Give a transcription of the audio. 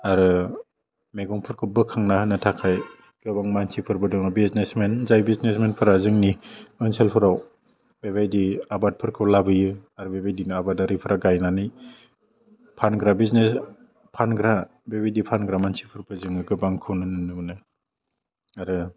आरो मैगंफोरखौ बोखांना होनो थाखै गोबां मानसिफोरबो दङ बिजनेसमेन जाय बिजनेसमेनफ्रा जोंनि ओनसोलफ्राव बेबायदि आबादफोरखौ लाबोयो आरो बेबायदिनो आबादारिफ्रा गायनानै फानग्रा बिजनेस फानग्रा बिबायदि फानग्रा मासिफोरखौ जोङो गोबांखौ नुनो मोनो आरो